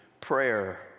prayer